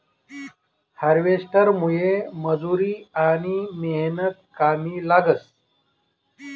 हार्वेस्टरमुये मजुरी आनी मेहनत कमी लागस